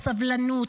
הסבלנות,